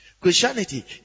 Christianity